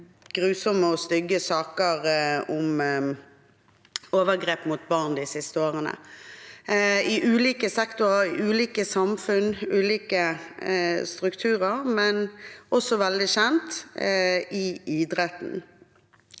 grusomme og stygge saker om overgrep mot barn i ulike sektorer, ulike samfunn, ulike strukturer og – også veldig kjent – i idretten.